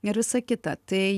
ir visa kita tai